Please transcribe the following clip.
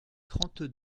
trente